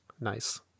Nice